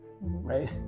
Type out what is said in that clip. right